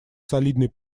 солидный